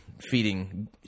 Feeding